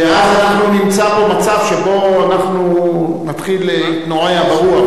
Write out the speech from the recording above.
ואז אנחנו נמצא פה מצב שבו אנחנו נתחיל להתנועע ברוח,